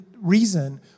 reason